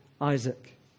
Isaac